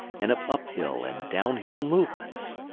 and of uphill and downhill movements.